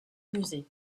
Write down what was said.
musée